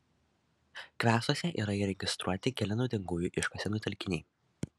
kvesuose yra įregistruoti keli naudingųjų iškasenų telkiniai